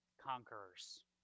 conquerors